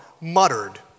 muttered